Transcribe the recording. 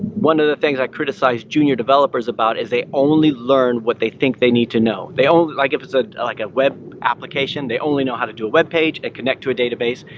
one of the things i criticize junior developers about is, they only learn what they think they need to know. they only like if it's ah like a web application, they only know how to do a webpage and connect to a database.